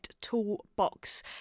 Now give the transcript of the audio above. Toolbox